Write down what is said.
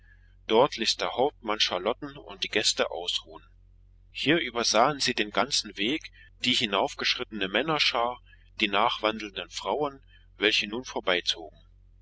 dort ließ der hauptmann charlotten und die gäste ausruhen hier übersahen sie den ganzen weg die hinaufgeschrittene männerschar die nachwandelnden frauen welche nun vorbeizogen